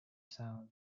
sound